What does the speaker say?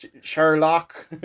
Sherlock